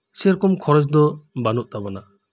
ᱥᱮᱨᱚᱠᱚᱢ ᱠᱷᱚᱨᱚᱡ ᱫᱚ ᱵᱟᱹᱱᱩᱜ ᱛᱟᱵᱩᱱᱟ